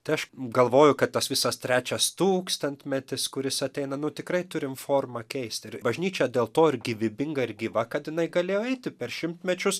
tai aš galvoju kad tas visas trečias tūkstantmetis kuris ateina nu tikrai turim formą keist ir bažnyčia dėl to ir gyvybinga ir gyva kad jinai galėjo eiti per šimtmečius